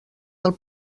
del